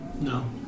No